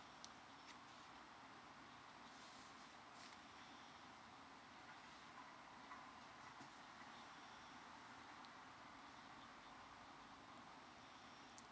uh oh god